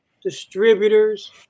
Distributors